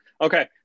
Okay